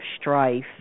strife